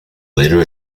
later